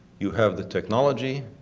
you have the technology